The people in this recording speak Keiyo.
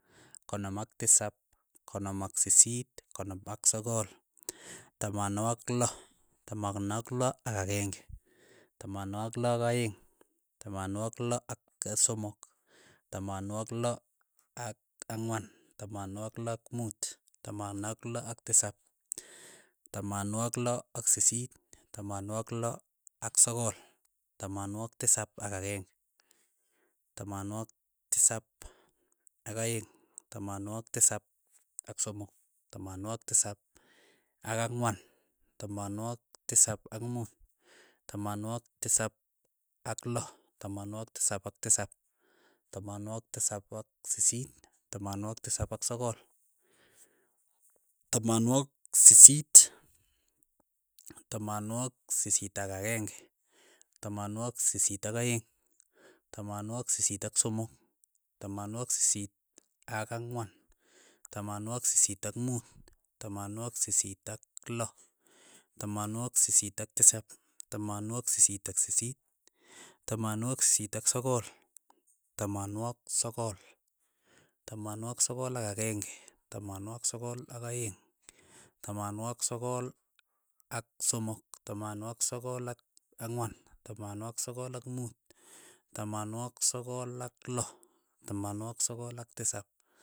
Konom ak tisap, konom ak sisiit, konom ak sogol, tamanwogik loo, tamanwogik loo ak akeng'e, tamanwogik loo ak aeng', tamanwogik loo ak somok, tamanwogik loo ak ang'wan, tamanwogik loo ak muut, tamanwogik loo ak tisap, tamanwogik loo ak sisiit, tamanwogik loo ak sogol, tamanwogik tisap ak akeng'e, tamanwogik tisap ak aeng', tamanwogik tisap ak somok. tamanwogik tisap ak ang'wan, tamanwogik tisap ak muut, tamanwogik tisap ak loo, tamanwogik tisap ak tisap, tamanwogik tisap ak sisiit, tamanwogik tisap ak sogol, tamanwogik sisiit, tamanwogik sisiit ak akeng'e, tamanwogik sisiit ak aeng', tamanwogik sisiit ak somok, tamanwogik sisiit ak ang'wan, tamanwogik sisiit ak muut, tamanwogik sisiit ak loo, tamanwogik sisiit ak tisap, tamanwogik sisiit ak sisiit, tamanwogik sisiit ak sogol, tamanwogik sogol, tamanwogik sogol ak akeng'e, tamanwogik sogol ak aeng', tamanwogik sogol ak somok, tamanwogik sogol ak ang'wan, tamanwogik sogol ak muut, tamanwogik sogol ak loo, tamanwogik sogol ak tisap.